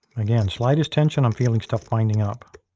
again, slightest tension. i'm feeling stuff, binding up